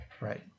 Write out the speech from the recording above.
Right